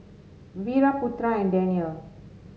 Wira Putra and Danial